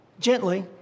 Gently